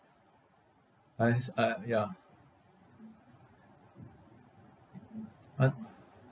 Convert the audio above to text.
I is uh ya un~